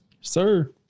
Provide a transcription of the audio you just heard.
Sir